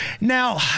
Now